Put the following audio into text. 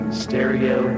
stereo